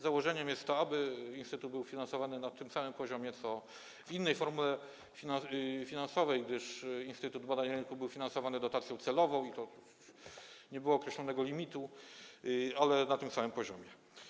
Założeniem jest to, aby instytut był finansowany na tym samym poziomie - w innej formule finansowej, gdyż instytut badań rynku był finansowany dotacją celową i nie było określonego limitu, ale na tym samym poziomie.